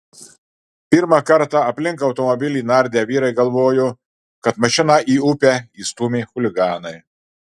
pirmą kartą aplink automobilį nardę vyrai galvojo kad mašiną į upę įstūmė chuliganai